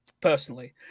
Personally